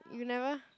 you never